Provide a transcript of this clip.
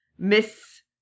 Miss